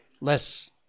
less